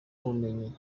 ubumenyi